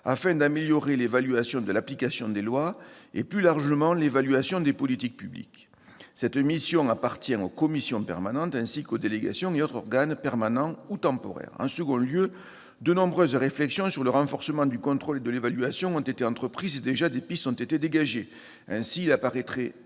afin d'améliorer l'évaluation de l'application des lois et, plus largement, l'évaluation des politiques publiques. Cette mission appartient aux commissions permanentes, ainsi qu'aux délégations et autres organes permanents ou temporaires. En second lieu, de nombreuses réflexions sur le renforcement du contrôle et de l'évaluation ont été entreprises et, déjà, des pistes ont été dégagées. Ainsi, il paraîtrait